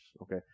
okay